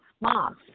mom